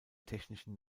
technischen